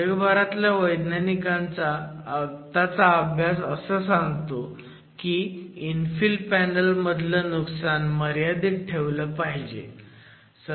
जगभरातल्या वैज्ञानिकांचा आत्ताचा अभ्यास असं सांगतो की इन्फिल पॅनल मधलं नुकसान मर्यादित ठेवलं पाहिजे